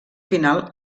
final